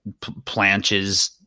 planches